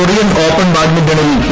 Korean open ബാഡ്മിന്റണിൽ P